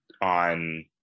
on